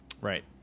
Right